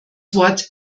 wort